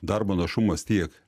darbo našumas tiek